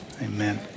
Amen